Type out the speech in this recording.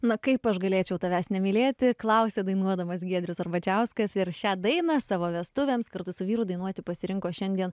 na kaip aš galėčiau tavęs nemylėti klausė dainuodamas giedrius arbačiauskas ir šią dainą savo vestuvėms kartu su vyru dainuoti pasirinko šiandien